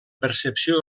percepció